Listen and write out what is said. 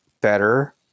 better